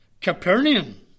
Capernaum